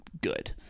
good